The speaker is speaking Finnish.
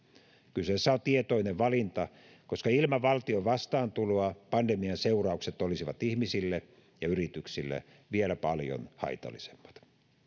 kyseessä on tietoinen valinta koska ilman valtion vastaantuloa pandemian seuraukset olisivat ihmisille ja yrityksille vielä paljon haitallisemmat